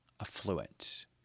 affluent